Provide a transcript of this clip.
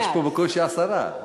יש פה בקושי עשרה.